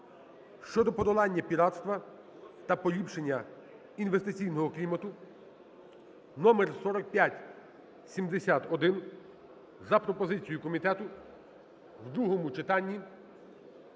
(щодо подолання піратства та поліпшення інвестиційного клімату) (№ 4571) за пропозицією комітету в другому читанні